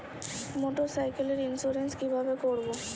মোটরসাইকেলের ইন্সুরেন্স কিভাবে করব?